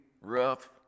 rough